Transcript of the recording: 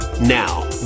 Now